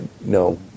No